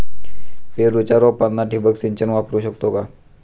पेरूच्या रोपांना ठिबक सिंचन वापरू शकतो का?